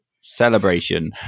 celebration